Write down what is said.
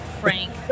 Frank